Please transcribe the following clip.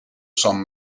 some